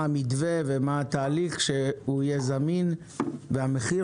מה המתווה ומה התהליך שיהיה זמין והמחיר